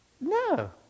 No